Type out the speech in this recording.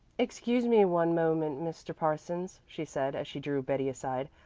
excuse me one moment, mr. parsons, she said, as she drew betty aside.